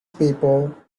people